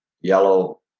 yellow